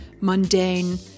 mundane